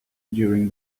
during